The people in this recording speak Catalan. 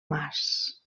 mas